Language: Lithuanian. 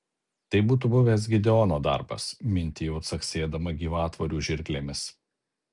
tai būtų buvęs gideono darbas mintijau caksėdama gyvatvorių žirklėmis